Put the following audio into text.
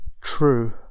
true